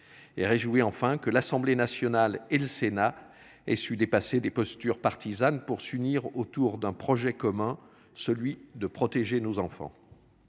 Et réjoui enfin que l'Assemblée nationale et le Sénat et su dépasser les postures partisanes pour s'unir autour d'un projet commun, celui de protéger nos enfants.